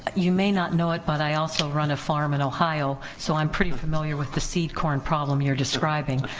you may not know it but i also run a farm in ohio, so i'm pretty familiar with the seed corn problem you're describing,